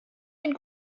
ein